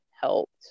helped